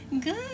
Good